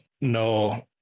no